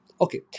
Okay